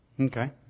Okay